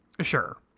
Sure